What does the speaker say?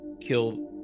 kill